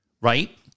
right